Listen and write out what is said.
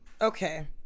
Okay